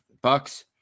Bucks